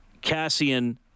Cassian